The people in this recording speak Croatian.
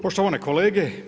Poštovane kolege.